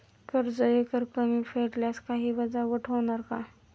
कर्ज एकरकमी फेडल्यास काही वजावट होणार का?